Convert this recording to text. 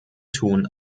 tun